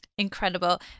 Incredible